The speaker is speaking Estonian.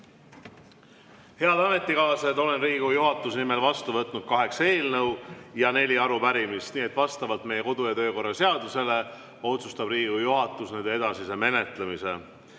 Head ametikaaslased! Olen Riigikogu juhatuse nimel vastu võtnud kaheksa eelnõu ja neli arupärimist. Vastavalt meie kodu‑ ja töökorra seadusele otsustab Riigikogu juhatus nende edasise menetlemise.